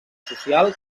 social